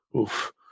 oof